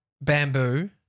bamboo